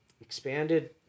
expanded